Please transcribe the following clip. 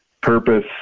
purpose